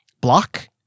Block